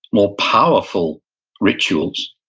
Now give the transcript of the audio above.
more powerful rituals.